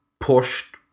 pushed